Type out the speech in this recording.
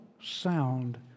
sound